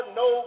no